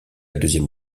deuxième